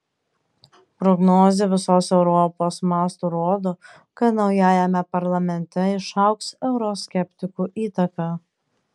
prognozė visos europos mastu rodo kad naujajame parlamente išaugs euroskeptikų įtaka